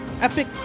Epic